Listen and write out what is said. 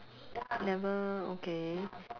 never okay